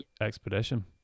expedition